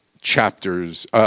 chapters